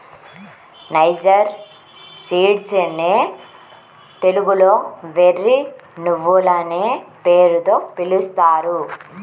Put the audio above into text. niger seeds నే తెలుగులో వెర్రి నువ్వులనే పేరుతో పిలుస్తారు